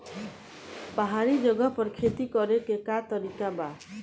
पहाड़ी जगह पर खेती करे के का तरीका बा?